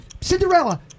Cinderella